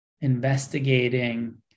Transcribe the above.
investigating